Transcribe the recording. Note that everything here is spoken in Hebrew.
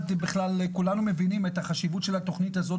כולנו מבינים את החשיבות של התוכנית הזו,